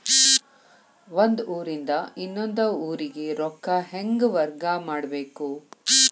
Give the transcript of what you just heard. ಒಂದ್ ಊರಿಂದ ಇನ್ನೊಂದ ಊರಿಗೆ ರೊಕ್ಕಾ ಹೆಂಗ್ ವರ್ಗಾ ಮಾಡ್ಬೇಕು?